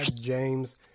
James